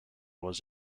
was